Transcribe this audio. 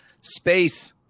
space